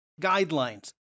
guidelines